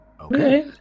Okay